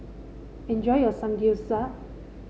enjoy your Samgeyopsal